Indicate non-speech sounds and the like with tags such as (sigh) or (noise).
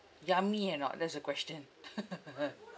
yummy or not that's the question (laughs)